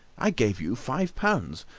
i gave you five pounds.